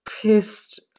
pissed